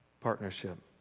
partnership